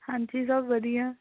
ਹਾਂਜੀ ਸਭ ਵਧੀਆ